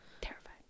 Terrified